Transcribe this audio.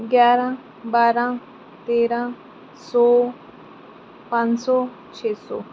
ਗਿਆਰਾਂ ਬਾਰਾਂ ਤੇਰਾਂ ਸੌ ਪੰਜ ਸੌ ਛੇ ਸੌ